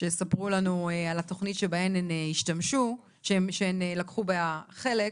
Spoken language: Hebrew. שיספרו לנו על התוכנית שבה הן לקחו חלק.